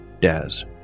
Daz